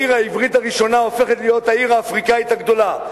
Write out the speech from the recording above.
העיר העברית הראשונה הופכת להיות העיר האפריקנית הגדולה.